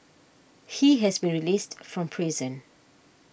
he has been released from prison